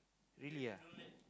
really ah